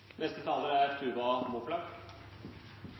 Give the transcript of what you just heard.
neste taler. Tom mage er